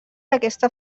aquesta